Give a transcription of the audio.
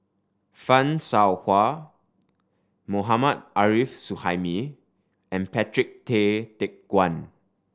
Fan Shao Hua Mohammad Arif Suhaimi and Patrick Tay Teck Guan